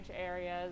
areas